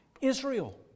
Israel